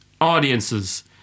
audiences